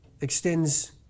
extends